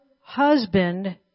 husband